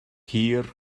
hir